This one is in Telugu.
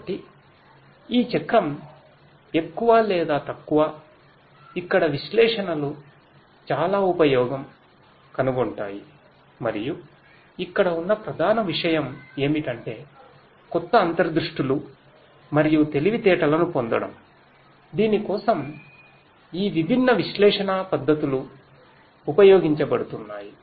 కాబట్టి ఇది ఈ చక్రం ఎక్కువ లేదా తక్కువ ఇక్కడ విశ్లేషణలు చాలా ఉపయోగం కనుగొంటాయి మరియు ఇక్కడ ఉన్న ప్రధాన విషయం ఏమిటంటే కొత్త అంతర్దృష్టులు మరియు తెలివితేటలను పొందడం దీని కోసం ఈ విభిన్న విశ్లేషణ పద్ధతులు ఉపయోగించబడుతున్నాయి